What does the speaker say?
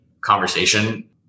conversation